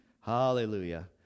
Hallelujah